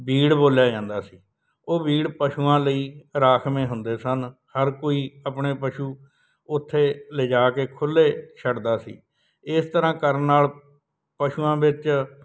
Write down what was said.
ਬੀੜ ਬੋਲਿਆ ਜਾਂਦਾ ਸੀ ਉਹ ਬੀੜ ਪਸ਼ੂਆਂ ਲਈ ਰਾਖਵੇਂ ਹੁੰਦੇ ਸਨ ਹਰ ਕੋਈ ਆਪਣੇ ਪਸ਼ੂ ਉੱਥੇ ਲਿਜਾ ਕੇ ਖੁੱਲੇ ਛੱਡਦਾ ਸੀ ਇਸ ਤਰ੍ਹਾਂ ਕਰਨ ਨਾਲ ਪਸ਼ੂਆਂ ਵਿੱਚ